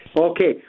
Okay